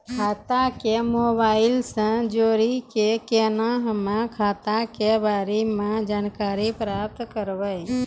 खाता के मोबाइल से जोड़ी के केना हम्मय खाता के बारे मे जानकारी प्राप्त करबे?